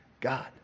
God